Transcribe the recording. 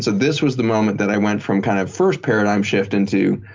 so this was the moment that i went from kind of first paradigm shift into,